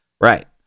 Right